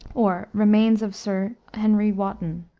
or remains of sir henry wotton,